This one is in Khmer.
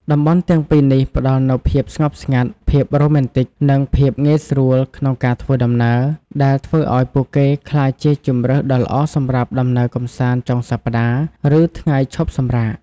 តំបន់ទាំងពីរនេះផ្តល់នូវភាពស្ងប់ស្ងាត់ ភាពរ៉ូមែនទិក និងភាពងាយស្រួលក្នុងការធ្វើដំណើរ ដែលធ្វើឲ្យពួកគេក្លាយជាជម្រើសដ៏ល្អសម្រាប់ដំណើរកម្សាន្តចុងសប្តាហ៍ ឬថ្ងៃឈប់សម្រាក។